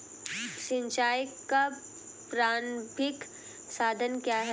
सिंचाई का प्रारंभिक साधन क्या है?